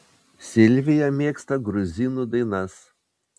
silvija mėgsta gruzinų dainas